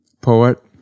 poet